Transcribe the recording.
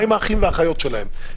מה עם האחים והאחיות שלהם?